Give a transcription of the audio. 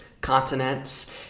continents